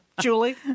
Julie